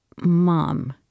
mom